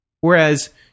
Whereas